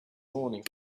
morning